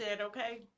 okay